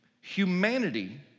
Humanity